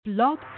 Blog